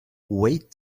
wait